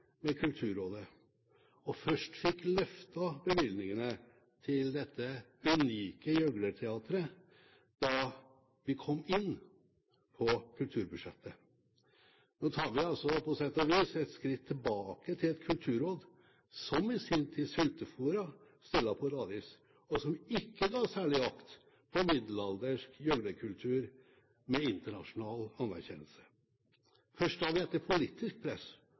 med Kulturrådet, og først fikk løftet bevilgningene til dette unike gjøglerteatret da de kom inn på kulturbudsjettet. Nå tar vi på sett og vis et skritt tilbake til et kulturråd som i sin tid sultefôret Stella Polaris, og som ikke ga særlig akt på middelaldersk gjøglerkultur med internasjonal anerkjennelse. Først da vi etter politisk press